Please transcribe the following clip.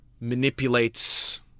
manipulates